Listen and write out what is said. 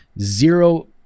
zero